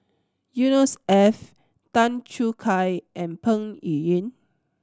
Yusnor Ef Tan Choo Kai and Peng Yuyun